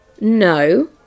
No